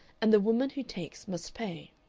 and the woman who takes must pay.